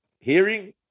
hearing